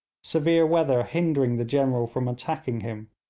severe weather hindering the general from attacking him.